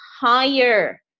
higher